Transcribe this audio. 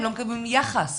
הם לא מקבלים יחס אפילו.